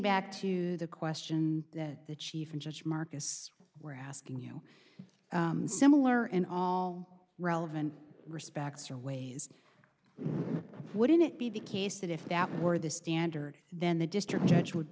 back to the question that the chief judge marcus were asking you similar in all relevant respects are ways wouldn't it be the case that if that were the standard then the district judge would